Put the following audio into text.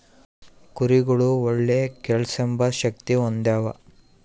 ಕುರಿಗುಳು ಒಳ್ಳೆ ಕೇಳ್ಸೆಂಬ ಶಕ್ತಿ ಹೊಂದ್ಯಾವ